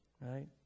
Right